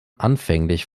anfänglich